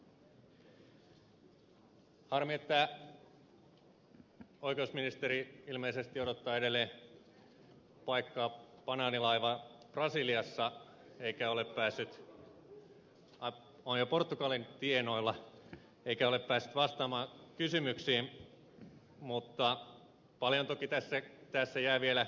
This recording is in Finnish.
harmi että oikeusministeri ilmeisesti odottaa edelleen paikkaa banaanilaivaan brasiliassa eikä ole päässyt ai on jo portugalin tienoilla vastaamaan kysymyksiin mutta paljon toki tässä jää vielä jatkotyöskentelyn varaan